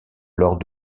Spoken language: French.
lors